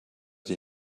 die